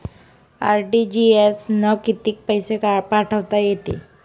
RTGS न कितीक पैसे पाठवता येते?